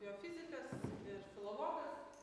biofizikas ir filologas